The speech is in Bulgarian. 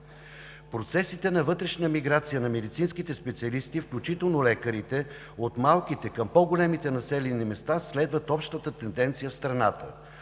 Процесите на вътрешна миграция на медицински специалисти, включително лекари, от малките към по-големите населени места следват общата тенденция в страната.